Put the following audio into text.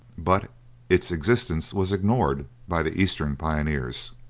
but its existence was ignored by the eastern pioneers.